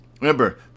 Remember